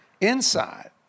inside